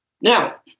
Now